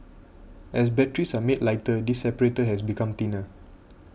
as batteries are made lighter this separator has become thinner